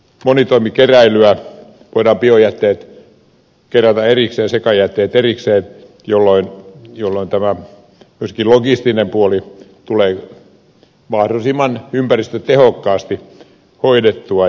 monitoimikeräilyssä voidaan biojätteet kerätä erikseen sekajätteet erikseen jolloin myöskin logistinen puoli tulee mahdollisimman ympäristötehokkaasti hoidettua